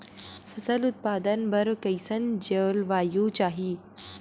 फसल उत्पादन बर कैसन जलवायु चाही?